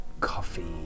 coffee